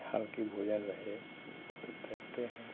हल्का भोजन रहे तो तैरते हैं